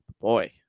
Boy